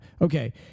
Okay